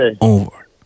over